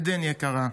עדן יקרה,